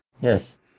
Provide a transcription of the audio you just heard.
Yes